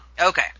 okay